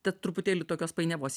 tad truputėlį tokios painiavos